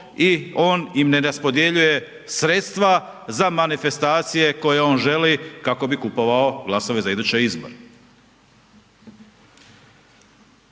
i on im ne raspodjeljuje sredstva za manifestacije koje on želi kako bi kupovao glasove za iduće izbore.